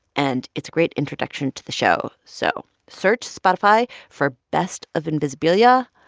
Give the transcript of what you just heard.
and it's a great introduction to the show. so search spotify for best of invisibilia,